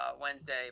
wednesday